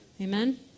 Amen